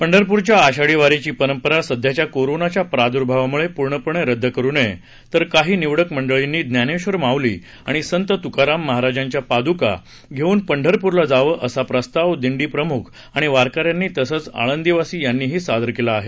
पंढरपूरच्या आषाढी वारीची परंपरा सध्याच्या कोरोनाच्या प्रादुर्भावामुळं पूर्णपणे रद्द करू नये तर काही निवडक मंडळींनी ज्ञानेश्वर माउली आणि संत तुकाराम महाराजांच्या पादुका घेऊन पंढरपूरला जावं असा प्रस्ताव दिंडी प्रमुख आणि वारकऱ्यांनी तसंच आळंदीवासी यांनीही सादर केला आहे